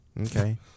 okay